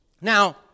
Now